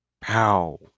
pow